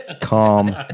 calm